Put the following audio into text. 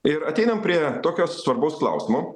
ir ateinam prie tokio svarbaus klausimo